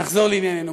נחזור לענייננו.